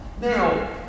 Now